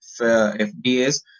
FDAs